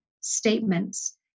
statements